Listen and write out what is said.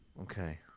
Okay